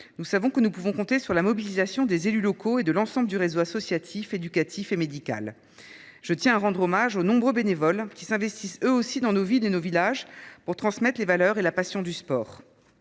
nous savons que nous pouvons compter sur la mobilisation des élus locaux et de l’ensemble du réseau associatif, éducatif et médical. À cet égard, je tiens à rendre hommage aux nombreux bénévoles qui s’investissent dans nos villes et nos villages, pour transmettre les valeurs et la passion du sport.